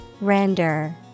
Render